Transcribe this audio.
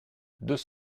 deux